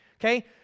okay